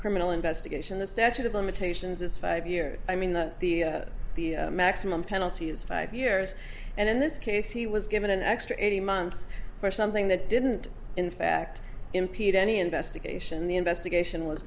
criminal investigation the statute of limitations is five years i mean the maximum penalty is five years and in this case he was given an extra eighty months for something that didn't in fact impede any investigation the investigation was